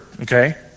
Okay